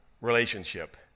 relationship